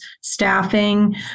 staffing